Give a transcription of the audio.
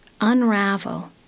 Unravel